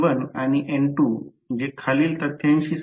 कधीकधी स्थिर वेग म्हणजे कधीकधी एकसमान वेग असेल